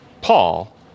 Paul